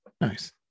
Nice